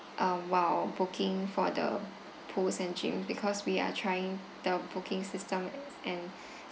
um while booking for the pools and gym because we are trying the booking system and